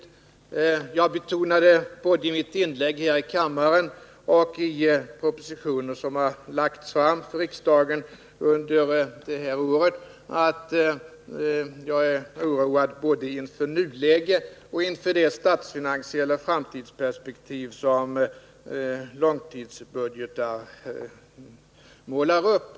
Jag har betonat både i mitt inlägg här i kammaren och i propositioner som under året har lagts fram för riksdagen att jag är oroad både inför nuläget och inför det statsfinansiella framstidsperspektiv som långtidsbudgeter målar upp.